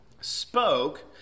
spoke